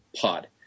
Pod